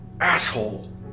Asshole